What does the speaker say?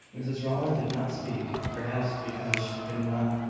mrs rowland did not speak perhaps because she could not.